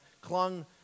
clung